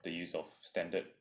the use of standard